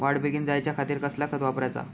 वाढ बेगीन जायच्या खातीर कसला खत वापराचा?